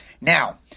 Now